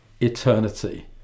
eternity